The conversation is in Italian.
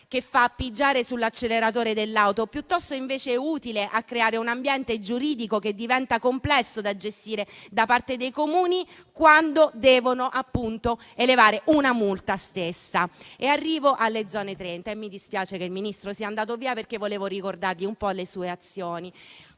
che fa pigiare sull'acceleratore dell'auto. Piuttosto invece è utile a creare un ambiente giuridico che diventa complesso da gestire da parte dei Comuni, quando devono elevare una multa. Arrivo alle Zone 30 e mi dispiace che il Ministro sia andato via, perché volevo ricordargli un po' le sue azioni.